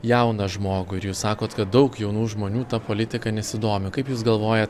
jauną žmogų ir jūs sakot kad daug jaunų žmonių ta politika nesidomi kaip jūs galvojat